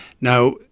Now